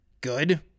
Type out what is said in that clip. good